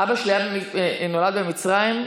אבא שלי נולד במצרים,